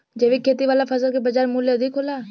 जैविक खेती वाला फसल के बाजार मूल्य अधिक होला